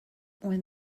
when